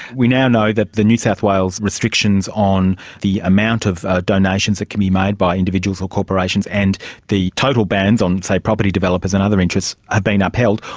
we now know that the new south wales restrictions on the amount of donations that can be made by individuals or corporations and the total bans on, say, property developers and other interests have been upheld.